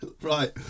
right